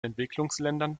entwicklungsländern